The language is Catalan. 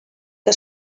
que